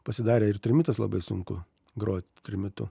pasidarė ir trimitas labai sunku grot trimitu